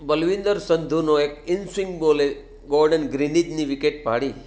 બળવીન્દર સંધુનો એક in swing બોલે ગોર્ડન ગ્રિનિજની વિકેટ પાડી